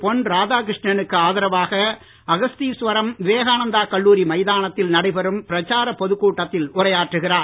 பொன் ராதாகிருஷ்ணனுக்கு ஆதரவாக அகஸ்தீஸ்வரம் விவேகானந்த கல்லூரி மைதானத்தில் நடைபெறும் பிரச்சார பொதுக்கூட்டத்தில் உரையாற்றுகிறார்